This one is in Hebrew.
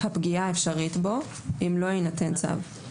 הפגיעה האפשרית בו אם לא יינתן צו.